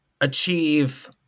achieve